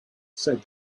said